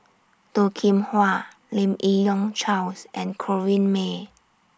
Toh Kim Hwa Lim Yi Yong Charles and Corrinne May